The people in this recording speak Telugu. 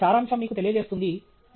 కాబట్టి సారాంశం మీకు తెలియజేస్తుంది